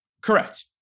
Correct